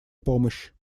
помощь